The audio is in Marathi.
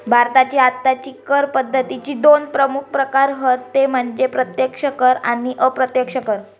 भारताची आत्ताची कर पद्दतीचे दोन प्रमुख प्रकार हत ते म्हणजे प्रत्यक्ष कर आणि अप्रत्यक्ष कर